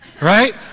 Right